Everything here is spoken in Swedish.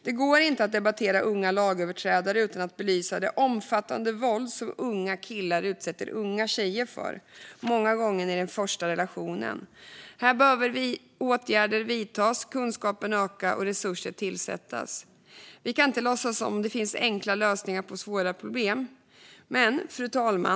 Det går inte att debattera unga lagöverträdare utan att belysa det omfattande våld som unga killar utsätter unga tjejer för. Många gånger är det i den första relationen. Här behöver åtgärder vidtas, kunskapen öka och resurser tillsättas. Vi kan inte låtsas som att det finns enkla lösningar på svåra problem, fru talman.